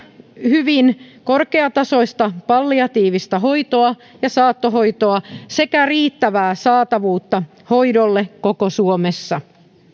hyvin korkeatasoista palliatiivista hoitoa ja saattohoitoa sekä riittävää saatavuutta hoidolle koko suomessa